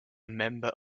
member